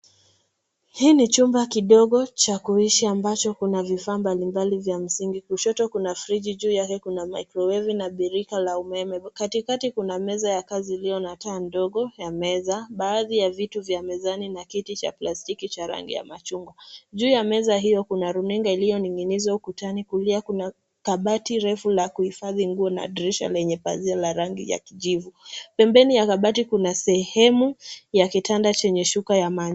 Hii ni chumba kidogo cha kuishi ambacho kuna vifaa mbalimbali vya msingi, kushoto kuna friji, juu yake kuna mikrowevu na birika la umeme. Katikati kuna meza ya kazi iliyo na taa ndogo ya meza. Baadhi ya vitu vya mezani na kiti cha plastiki cha rangi ya machungwa. Juu ya meza hiyo kuna runinga iliyoning'inizwa ukutani, kulia kuna kabati refu la kuhifadhi nguo na dirisha lenye pazia la rangi ya kijivu. Pembeni ya mabati kuna sehemu ya kitanda chenye shuka ya man...